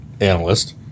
analyst